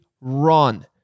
run